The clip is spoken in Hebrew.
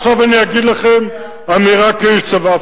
בסוף אני אגיד לכם אמירה כאיש צבא.